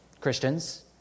Christians